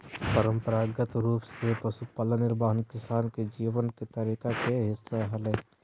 परंपरागत रूप से पशुपालन निर्वाह किसान के जीवन के तरीका के हिस्सा हलय